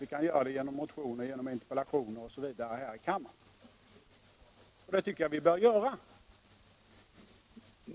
Vi kan göra det genom motioner, interpellationer osv. här i kammaren, och det tycker jag vi bör göra.